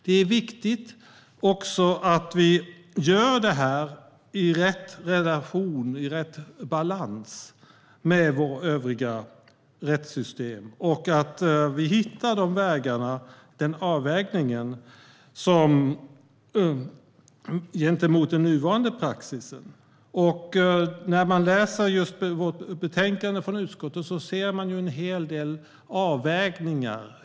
Det är också viktigt att vi gör detta med rätt balans i förhållande till vårt övriga rättssystem och att vi hittar avvägningen gentemot nuvarande praxis. När man läser betänkandet från utskottet ser man en hel del avvägningar.